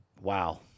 Wow